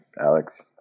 Alex